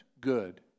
good